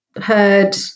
heard